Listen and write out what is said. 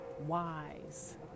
wise